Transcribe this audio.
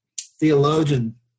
theologian